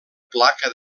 placa